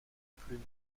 plume